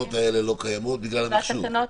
והתקנות האלה לא קיימות בגלל המחשוב?